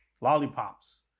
lollipops